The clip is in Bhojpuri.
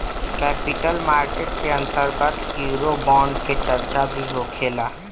कैपिटल मार्केट के अंतर्गत यूरोबोंड के चार्चा भी होखेला